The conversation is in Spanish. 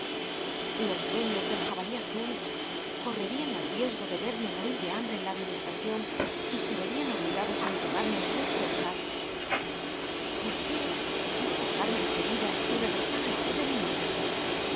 los dueños del jabali azul correrían el riesgo de verme morir de ian obligados ham be en la adm inisllacion y se verían obligados á enterrarme á sus expensas por qué no aleja me en seguida y regresar al lado de mi madre